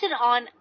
on